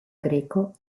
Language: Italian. greco